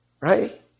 right